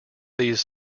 these